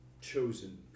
chosen